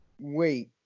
wait